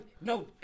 no